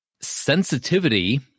sensitivity